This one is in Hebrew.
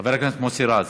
חבר הכנסת מוסי רז,